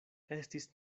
estis